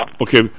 okay